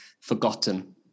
forgotten